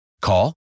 Call